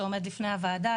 שעומד בפני הוועדה.